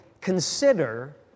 consider